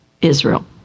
Israel